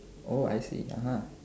oh I see (uh huh)